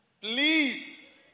please